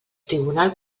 tribunal